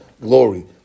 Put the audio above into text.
glory